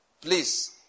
Please